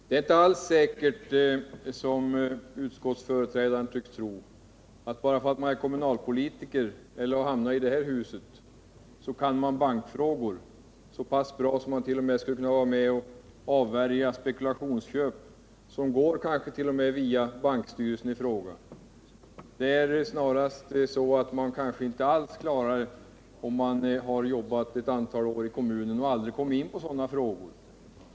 Det är inte alls säkert, som utskottets företrädare tycks tro, att man bara därför att man är kommunalpolitiker eller har hamnat i detta hus kan bankfrågor så pass bra att man skulle kunna vara med och avvärja spekulationsköp, som går via bankstyrelsen. Man kan ju ha jobbat ett antal år i kommunen utan att ha kommit in på sådana frågor.